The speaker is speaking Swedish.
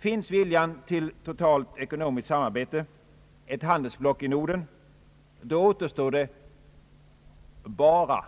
Finns viljan till ett totalt ekonomiskt samarbete — ett handelsblock i Norden — återstår »bara»